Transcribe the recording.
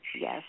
yes